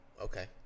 okay